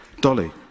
Dolly